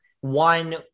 one